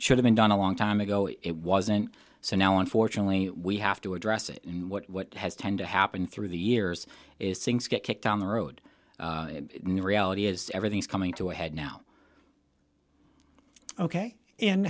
should have been done a long time ago it wasn't so now unfortunately we have to address it and what has tend to happen through the years is things get kicked down the road new reality is everything is coming to a head now ok and